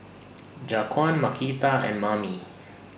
Jaquan Markita and Mamie